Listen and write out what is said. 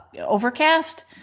overcast